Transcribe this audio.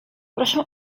proszę